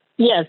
Yes